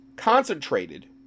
concentrated